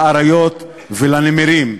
לאריות ולנמרים.